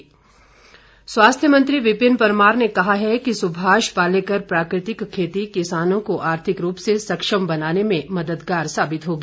प्रशिक्षण कार्यकम स्वास्थ्य मंत्री विपिन परमार ने कहा है कि सुभाष पालेकर प्राकृतिक खेती किसानों को आर्थिक रूप से सक्षम बनाने में मददगार साबित होगी